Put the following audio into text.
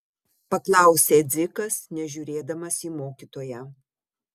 paklausė dzikas nežiūrėdamas į mokytoją